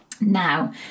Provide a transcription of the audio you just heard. now